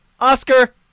Oscar